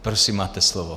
Prosím, máte slovo.